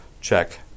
check